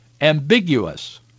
ambiguous